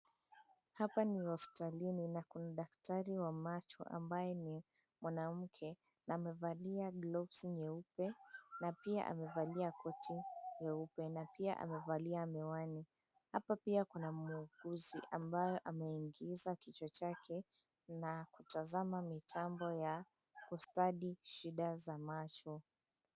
Hapa ni hospitalini na kuna daktari wa macho ambaye ni mwanamke na amevalia gloves nyeupe na pia amevalia koti nyeupe na pia amevalia miwani. Hapa pia kuna muuguzi ambaye ameingiza kichwa chake na anatazama mitambo ya ku study shida za macho.